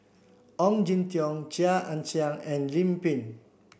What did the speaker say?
Ong Jin Teong Chia Ann Siang and Lim Pin